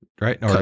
right